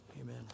amen